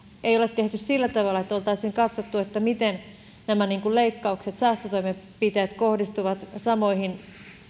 ei ole tehty sillä tavalla että oltaisiin katsottu miten nämä leikkaukset ja säästötoimenpiteet kohdistuvat samoihin